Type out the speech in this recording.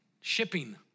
shipping